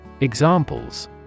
Examples